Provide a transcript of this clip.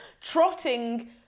Trotting